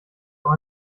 auch